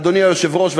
אדוני היושב-ראש,